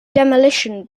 demolition